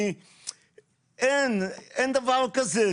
אין דבר כזה.